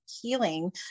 healing